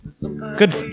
Good